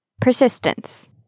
Persistence